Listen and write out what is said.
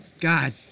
God